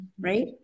right